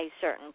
certain